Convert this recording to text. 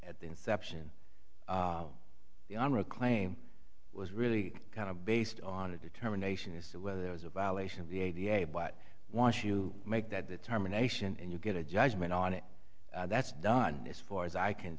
at the inception of the honor a claim was really kind of based on a determination as to whether there was a violation of the a b a but once you make that determination and you get a judgment on it that's done as far as i can